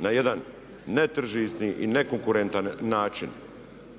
na jedan netržišni i nekonkurentan način.